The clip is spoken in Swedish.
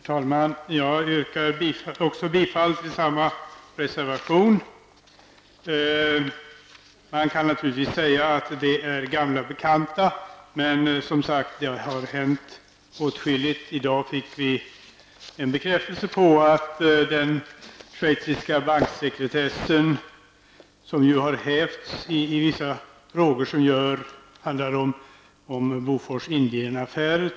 Herr talman! Jag yrkar bifall till samma reservation som Rolf L Nilson. Man kan naturligtvis säga att det är gamla bekanta frågor, men det har också hänt åtskilligt på senare tid. I dag fick vi en bekräftelse på att den schweiziska banksekretessen har hävts i vissa frågor som rör Bofors--Indien-affären.